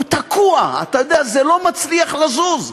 הוא תקוע, אתה יודע, זה לא מצליח לזוז,